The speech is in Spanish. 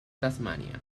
tasmania